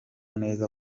neza